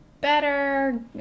better